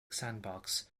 sandbox